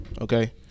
okay